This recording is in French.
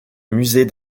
musée